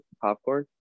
popcorn